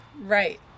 Right